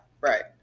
right